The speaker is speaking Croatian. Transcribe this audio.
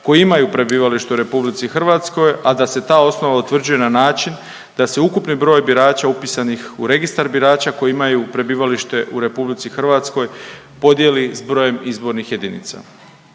koji imaju prebivalište u RH, a da se ta osnova utvrđuje na način da se ukupni broj birača upisanih u registar birača koji imaju prebivalište u RH podijeli s brojem izbornih jedinica.